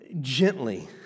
gently